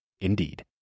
indeed